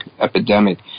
epidemic